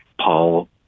Paul